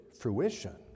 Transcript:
fruition